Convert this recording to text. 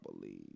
believe